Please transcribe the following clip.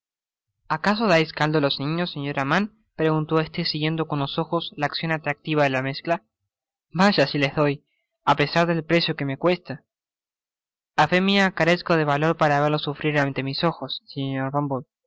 acaso dais caldo á los niños señora mann preguntó este siguiendo con los ojos la accion atractiva de la mezcla vaya si les doy apesar del precio que me cuesta a fé mia carezco de valor para crios sufrir ante mis ojos